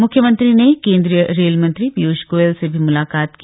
मुख्यमंत्री ने केन्द्रीय रेल मंत्री पीयूष गोयल से भी मुलाकात की